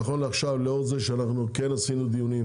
נכון לעכשיו לאור זה שאנחנו כן עשינו דיונים